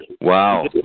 Wow